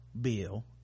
Bill